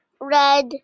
Red